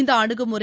இந்த அணுகுமுறை